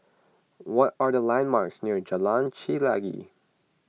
what are the landmarks near Jalan Chelagi